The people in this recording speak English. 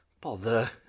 bother